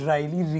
Riley